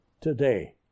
today